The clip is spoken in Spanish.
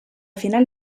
final